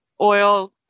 oil